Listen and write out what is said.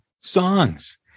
songs